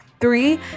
Three